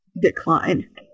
decline